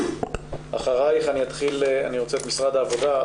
אחרייך אני רוצה את משרד העבודה,